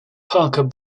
parker